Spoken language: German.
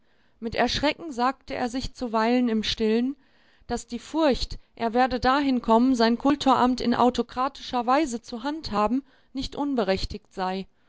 mit erschrecken sagte er sich zuweilen im stillen daß die furcht er werde dahin kommen sein kultoramt in autokratischer weise zu handhaben nicht unberechtigt sei